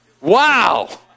Wow